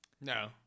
No